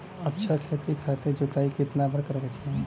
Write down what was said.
अच्छा खेती खातिर जोताई कितना बार करे के चाही?